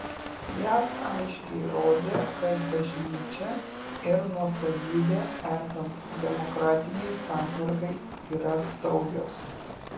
jav aiškiai rodė kad bažnyčia ir nuosavybė esant demokratinei santvarkai yra saugios